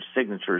signatures